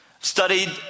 studied